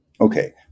Okay